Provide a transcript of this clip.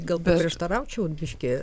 gal paprieštaraučiau biškį